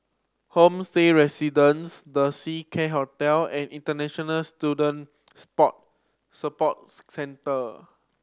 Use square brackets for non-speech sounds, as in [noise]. Homestay Residences The Seacare Hotel and International Student Support Support [unintelligible] Centre